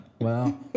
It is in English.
Wow